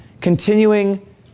continuing